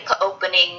opening